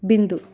बिन्दु